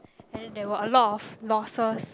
and then there were a lot of losses